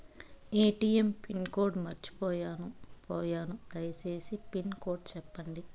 ATM pin code మర్చిపోయాను పోయాను దయసేసి పిన్ కోడ్ సెప్పండి?